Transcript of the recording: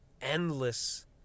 endless